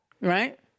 right